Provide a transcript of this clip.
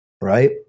Right